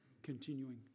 continuing